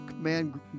man